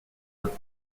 but